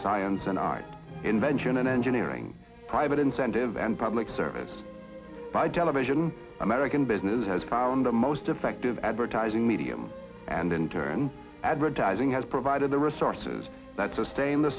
science and i invention and engineering private incentive and public service by television american business has found the most effective advertising medium and in turn advertising has provided the resources that sustain the